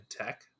Tech